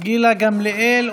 גילה גמליאל,